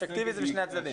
אפקטיבי, זה משני הצדדים.